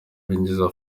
binjiza